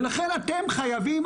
ולכן אתם חייבים,